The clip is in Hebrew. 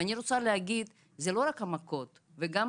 ואני רוצה להגיד: זה לא רק המכות והאיומים,